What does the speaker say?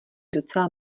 docela